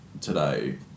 today